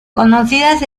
conocidas